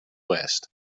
west